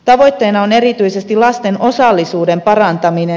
tavoitteena on erityisesti lasten osallisuuden parantaminen